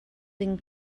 ding